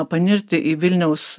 panirti į vilniaus